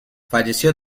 falleció